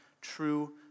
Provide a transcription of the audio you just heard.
true